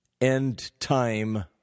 end-time